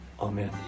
Amen